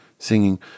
singing